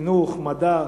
לחינוך ומדע,